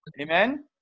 amen